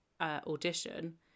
audition